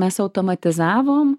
mes automatizavom